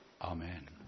Amen